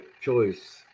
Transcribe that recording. choice